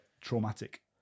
traumatic